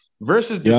Versus